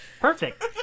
Perfect